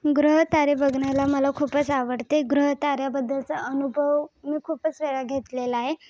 ग्रहतारे बघण्याला मला खूपच आवडते ग्रहताऱ्याबद्दलचा अनुभव मी खूपच वेळा घेतलेला आहे